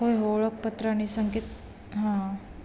हो ओळखपत्र आणि संकेत हां